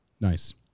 Nice